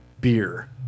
beer